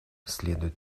следует